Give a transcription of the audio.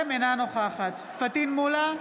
נוכחת פטין מולא,